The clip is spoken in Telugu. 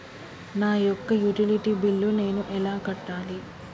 నా యొక్క యుటిలిటీ బిల్లు నేను ఎలా కట్టాలి?